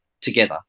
together